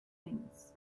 things